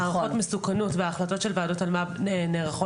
הערכות מסוכנות וההחלטות של ועדות אלמ"ב נערכות